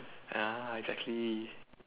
ah exactly